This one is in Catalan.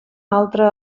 altra